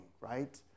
right